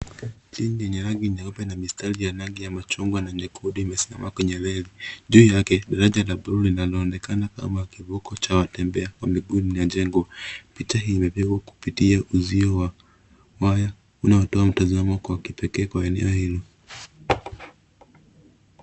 Treni lenye rangi nyeupe na mistari ya rangi ya machungwa na nyekundu, imesimama kwenye reli. Juu yake daraja la blue linaloonekana kama kivuko cha watembea wa miguu limejengwa. Picha hii imepigwa kupitia uzio wa waya unaotoa mtazamo kwa kipekee wa eneo hilo.